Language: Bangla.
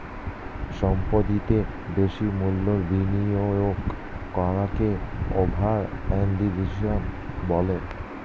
সম্পত্তিতে বেশি মূল্যের বিনিয়োগ করাকে ওভার ইনভেস্টিং বলে